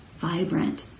vibrant